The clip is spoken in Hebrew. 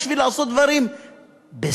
בשביל לעשות דברים בסדר,